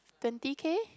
twenty K